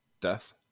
death